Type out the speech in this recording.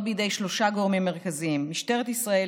בידי שלושה גורמים מרכזיים: משטרת ישראל,